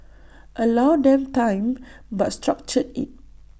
allow them time but structure IT